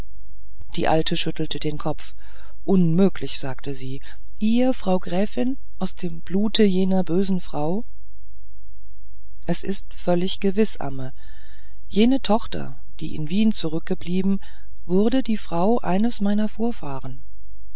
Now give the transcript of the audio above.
die alte schüttelte den kopf unmöglich sagte sie ihr frau gräfin aus dem blute jener bösen frau es ist völlig gewiß amme jene tochter die in wien zurückblieb wurde die frau eines meiner vorfahren